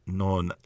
non